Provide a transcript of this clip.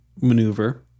maneuver